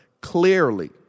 clearly